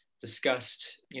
discussed